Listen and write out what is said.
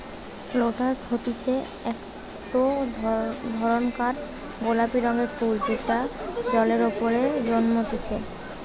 lotus হতিছে একটো ধরণকার গোলাপি রঙের ফুল যেটা জলের ওপরে জন্মতিচ্ছে